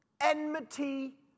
Enmity